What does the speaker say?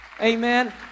Amen